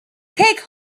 take